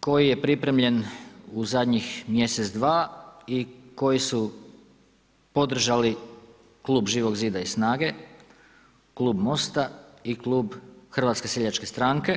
koji je pripremljen u zadnjih mjesec-dva i koji su podržali Klub Živog zida i SNAGA-e, Klub MOST-a i Klub HSS-a.